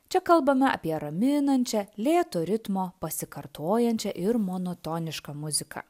čia kalbame apie raminančią lėto ritmo pasikartojančią ir monotonišką muziką